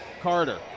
Carter